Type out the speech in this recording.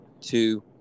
two